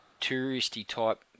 touristy-type